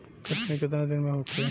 कटनी केतना दिन में होखे?